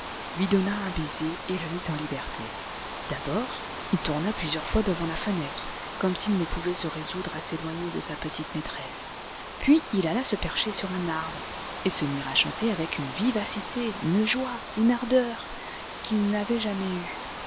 lui donna un baiser et le mit en liberté d'abord il tourna plusieurs fois devant la fenêtre comme s'il ne pouvait se résoudre à s'éloigner de sa petite maîtresse puis il alla se percher sur un arbre et se mit à chanter avec une vivacité une joie une ardeur qu'il n'avait jamais eues